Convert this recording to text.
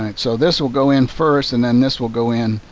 so this will go in first and then this will go in